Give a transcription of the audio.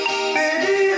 Baby